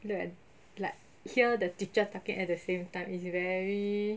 look at like hear the teacher talking at the same time it's very